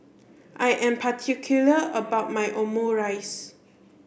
I am particular about my Omurice